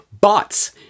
Bots